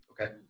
okay